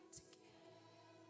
together